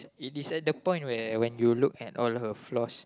it is at the point where when you look at all her flaws